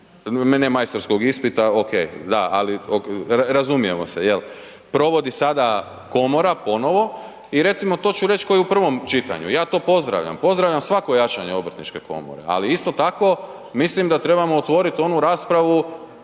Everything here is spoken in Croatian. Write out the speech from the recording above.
ne majstorskog ispita, ok, da, ali razumijemo se, jel', provodi sada komora ponovo i recimo to ću reć ko i u prvom čitanju, ja to pozdravljam, pozdravljam svako jačanje obrtničke komore ali isto tako, mislim da trebamo otvorit onu raspravu